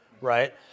right